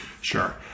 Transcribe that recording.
Sure